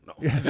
No